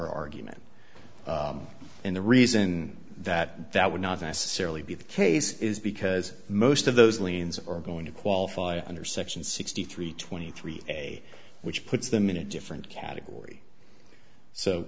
argument and the reason that that would not necessarily be the case is because most of those liens or going to qualify under section sixty three twenty three a which puts them in a different category so